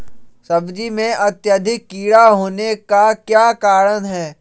सब्जी में अत्यधिक कीड़ा होने का क्या कारण हैं?